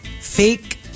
fake